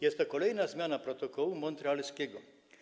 Jest to kolejna zmiana protokołu montrealskiego.